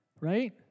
Right